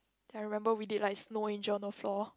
ya I remember we did like snow angel on the floor